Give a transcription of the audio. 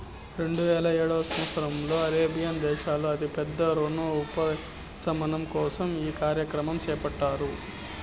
రెండువేల ఏడవ సంవచ్చరంలో కరేబియన్ దేశాల్లో అతి పెద్ద రుణ ఉపశమనం కోసం ఈ కార్యక్రమం చేపట్టారు